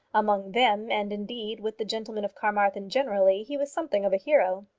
among them, and indeed, with the gentlemen of carmarthen generally, he was something of a hero.